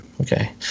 Okay